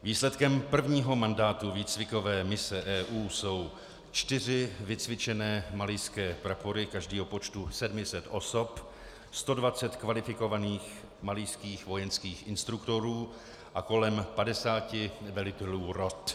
Výsledkem prvního mandátu výcvikové mise EU jsou čtyři vycvičené malijské prapory, každý o počtu 700 osob, 120 kvalifikovaných malijských vojenských instruktorů a kolem 50 velitelů rot.